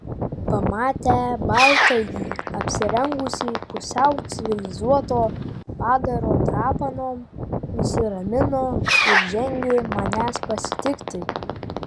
pamatę baltąjį apsirengusį pusiau civilizuoto padaro drapanom nusiramino ir žengė manęs pasitikti